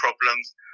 problems